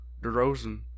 DeRozan